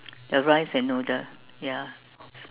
the rice and noodle ya